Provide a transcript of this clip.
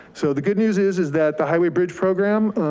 so the good news is, is that the highway bridge program,